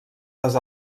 les